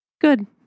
Good